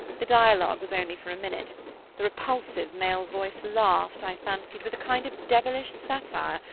the dialogue was only for a minute the repulsive male voice laughed, i fancied, with a kind of devilish satire,